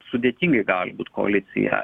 sudėtingai gali būt koalicija